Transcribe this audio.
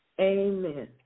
Amen